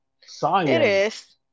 science